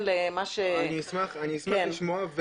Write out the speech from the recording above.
אשמח לשמוע.